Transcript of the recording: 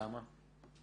למה?